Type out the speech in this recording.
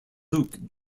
luke